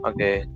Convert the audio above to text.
Okay